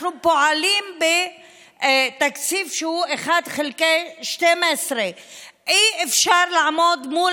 אנחנו פועלים בתקציב שהוא 1 חלקי 12. אי-אפשר לעמוד מול